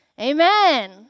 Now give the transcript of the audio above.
Amen